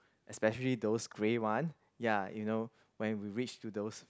especially those grey one ya you know when we reach to those